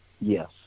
Yes